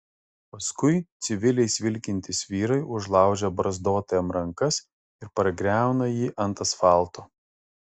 paskui civiliais vilkintys vyrai užlaužia barzdotajam rankas ir pargriauna jį ant asfalto